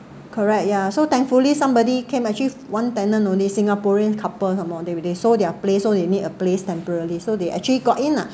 correct ya so thankfully somebody came actually one tenant only singaporean couples some more they were they sold their place so they need a place temporarily so they actually got in lah